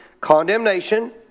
condemnation